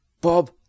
Bob